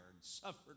suffered